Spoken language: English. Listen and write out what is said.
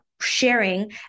sharing